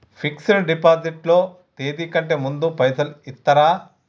Fix డ్ deposit లో తేది కంటే ముందే పైసలు ఇత్తరా?